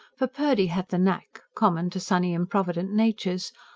for purdy had the knack, common to sunny, improvident natures,